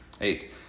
Eight